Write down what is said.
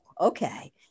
okay